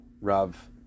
Rav